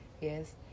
yes